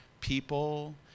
people